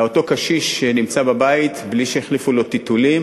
ואותו קשיש נמצא בבית בלי שהחליפו לו טיטולים